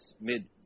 mid